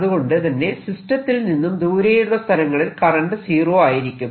അതുകൊണ്ട് തന്നെ സിസ്റ്റത്തിൽ നിന്നും ദൂരെയുള്ള സ്ഥലങ്ങളിൽ കറന്റ് സീറോ ആയിരിക്കും